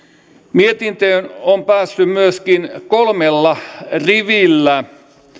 mietintöön on päässyt myöskin kolmella rivillä